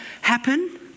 happen